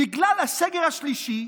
בגלל הסגר השלישי,